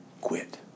quit